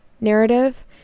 narrative